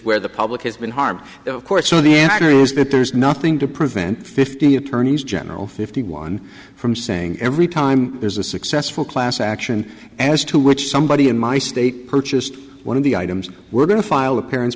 where the public has been harmed of course so the interviews but there's nothing to prevent fifty attorneys general fifty one from saying every time there's a successful class action as to which somebody in my state purchased one of the items we're going to file the parents